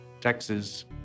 Texas